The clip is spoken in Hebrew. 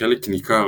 חלק ניכר,